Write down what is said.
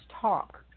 talk